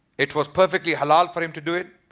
it was perfectly halal for him to do it.